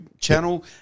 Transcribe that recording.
channel